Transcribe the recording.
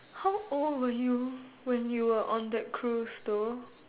how old were you when you were on that Cruise though